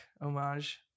homage